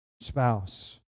spouse